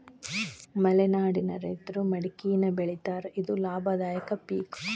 ಮಲೆನಾಡಿನ ರೈತರು ಮಡಕಿನಾ ಬೆಳಿತಾರ ಇದು ಲಾಭದಾಯಕ ಪಿಕ್